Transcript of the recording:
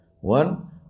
One